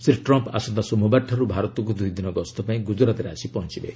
Shri Trump ଆସନ୍ତା ସୋମବାରଠାର୍ଚ ଭାରତକୁ ଦୁଇଦିନ ଗସ୍ତପାଇଁ ଗ୍ରଜରାତ୍ରେ ଆସି ପହଞ୍ଚବେ